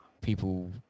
people